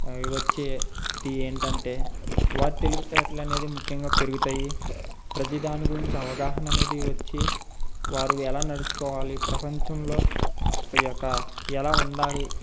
వచ్చే ఏంటంటే వారి తెలివితేటలనేది ముఖ్యంగా పెరుగుతాయి ప్రతిదాన్ని గురించి అవగాహన అనేది వచ్చి వారు ఎలా నడుచుకోవాలి ప్రపంచంలో ఈ యొక్క ఎలా ఉండాలి